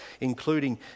including